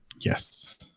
Yes